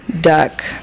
Duck